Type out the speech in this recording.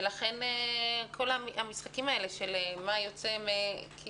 ולכן כל המשחקים האלה הם משחקים חשבונאיים.